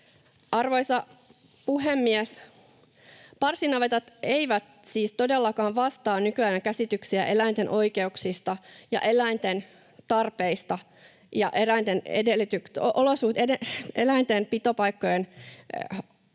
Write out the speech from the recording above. Arvoisa puhemies! Parsinavetat eivät siis todellakaan vastaa nykyajan käsityksiä eläinten oikeuksista ja eläinten tarpeista ja eläinten pitopaikkojen